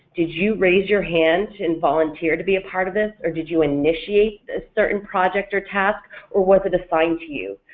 did you raise your hand and volunteer to be a part of this or did you initiate a certain project or task or was it assigned to you?